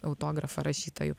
autografą rašytojų